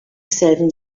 selben